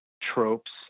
tropes